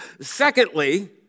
Secondly